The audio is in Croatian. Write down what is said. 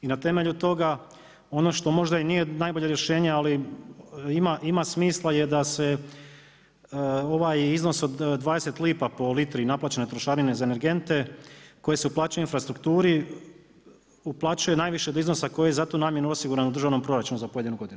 I na temelju toga ono što možda i nije najbolje rješenje ali ima smisla je da se ovaj iznos od 20 lipa po litri naplaćene trošarine za energente koje se naplaćuju u infrastrukturi uplaćuje najviše do iznosa koji je za tu namjenu osiguran u državnom proračunu za pojedinu godinu.